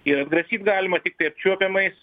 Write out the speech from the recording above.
ir atgrasyt galima tiktai apčiuopiamais